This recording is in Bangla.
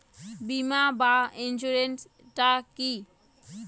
বিমা বা ইন্সুরেন্স টা কি?